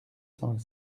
cent